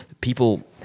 people